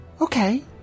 Okay